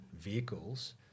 vehicles